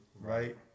Right